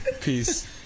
Peace